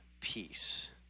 peace